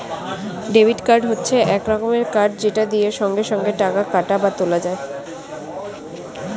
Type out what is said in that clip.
debit card হচ্ছে এক রকমের কার্ড যেটা দিয়ে সঙ্গে সঙ্গে টাকা কাটা বা তোলা যায়